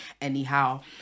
anyhow